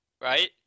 right